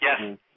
Yes